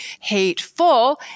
hateful